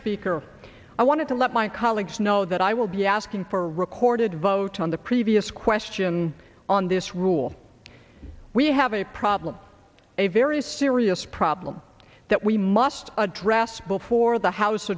speaker i wanted to let my colleagues know that i will be asking for recorded vote on the previous question on this rule we have a problem a very serious problem that we must address before the house